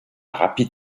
rapid